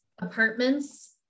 apartments